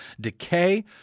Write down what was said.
decay